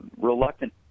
reluctant